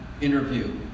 interview